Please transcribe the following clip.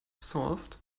solved